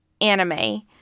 anime